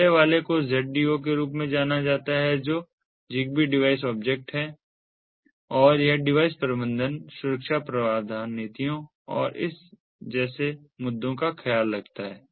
पहले वाले को ZDO के रूप में जाना जाता है जो ZigBee डिवाइस ऑब्जेक्ट है और यह डिवाइस प्रबंधन सुरक्षा प्रावधान नीतियों और इस जैसे मुद्दों का ख्याल रखता है